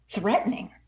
threatening